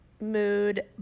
mood